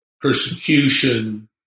persecution